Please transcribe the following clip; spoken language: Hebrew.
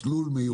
מסלול מיוחד.